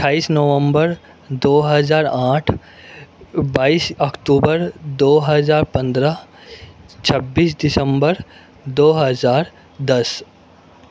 اٹھائس نومبر دو ہزار آٹھ بائس اکتوبر دو ہزار پندرہ چھبیس دسمبر دو ہزار دس